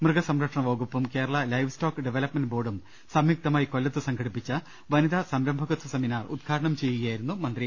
മൃഗസംരക്ഷണ വകുപ്പും Kerala livestock development ബോർഡും സംയുക്തമായി കൊല്ലത്ത് സംഘടിപ്പിച്ച വനിതാ സംരംഭകത്വ സെമിനാർ ഉദ്ഘാടനം ചെയ്യുകയായിരുന്നു മന്ത്രി